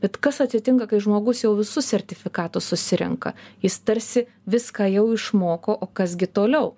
it kas atsitinka kai žmogus jau visus sertifikatus susirenka jis tarsi viską jau išmoko o kas gi toliau